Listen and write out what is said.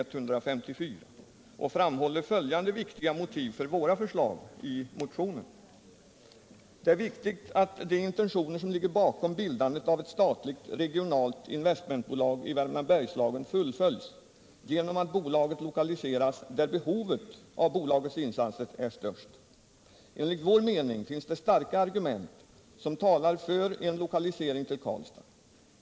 Och jag vill framhålla följande viktiga motiv för våra förslag i motionen. Det är viktigt att de intentioner som ligger bakom bildandet av ett statligt regionalt investmentbolag i Värmland-Bergslagen fullföljs genom att bolaget lokaliseras där behovet av bolagets insatser är störst. Enligt vår mening finns det starka argument som talar för en lokalisering till Karlstad.